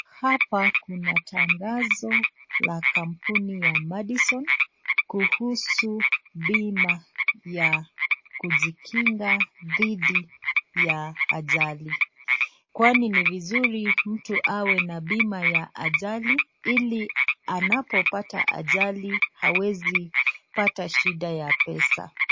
Hapa kuna tangazo la kampuni ya Madison kuhusu bima ya kujikinga dhidi ya ajali, kwani ni vizuri mtu awe na bima ya ajali ili anapopata ajali hawezi pata shida ya pesa.